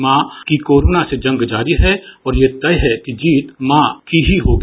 मां की कोरोना से जंग जारी है और यह तय है कि जीत मां की ही होगी